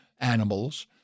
animals